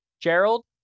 Gerald